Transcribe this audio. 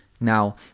Now